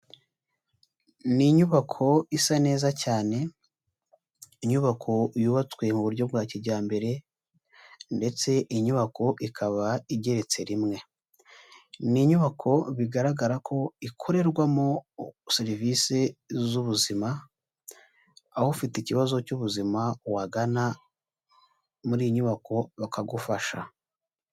Ni inyubako isa neza cyane, inyubako yubatswe mu buryo bwa kijyambere ndetse inyubako ikaba igeretse rimwe, ni inyubako bigaragara ko ikorerwamo serivisi z'ubuzima, aho ufite ikibazo cy'ubuzima wagana muri iyi nyubako bakagufasha.